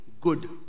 good